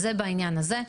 זה בעניין הזה.